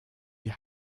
wir